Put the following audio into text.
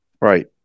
Right